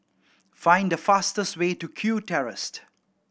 find the fastest way to Kew